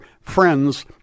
friends